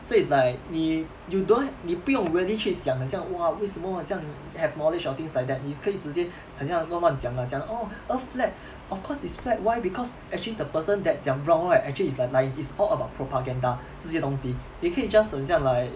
so it's like 你 you don't 你不用 really 去想很像 !wah! 为什么很像 have knowledge of this like that 你可以直接很像乱乱讲 lah 讲 oh earth flat of course it's flat why because actually the person that 讲 wrong right actually is like life is all about propaganda 这些东西你可以 just 很像 like